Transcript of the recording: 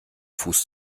fuß